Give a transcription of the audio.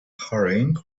hurrying